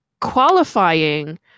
qualifying